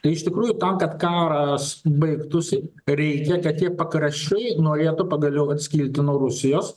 tai iš tikrųjų tam kad karas baigtųsi reikia kad tie pakraščiai norėtų pagaliau atskilti nuo rusijos